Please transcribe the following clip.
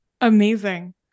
amazing